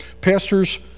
Pastors